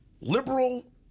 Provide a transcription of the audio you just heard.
liberal